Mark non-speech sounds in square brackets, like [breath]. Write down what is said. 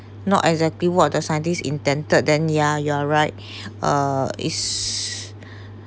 not exactly what the scientists intended than yeah you're right [breath] uh is